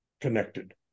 connected